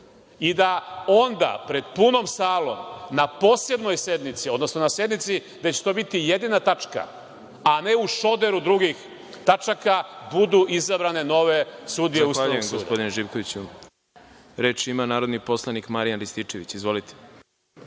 i da onda pred punom salom na posebnoj sednici, odnosno na sednici, gde će to biti jedina tačka, a ne u šoderu drugih tačaka budu izabrane nove sudije Ustavnog suda.